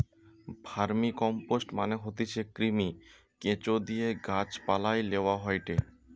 vermicompost মানে হতিছে কৃমি, কেঁচোদিয়ে গাছ পালায় লেওয়া হয়টে